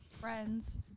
friends